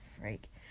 freak